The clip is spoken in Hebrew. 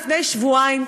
לפני שבועיים,